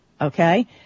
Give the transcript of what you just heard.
okay